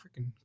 freaking